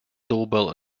doorbell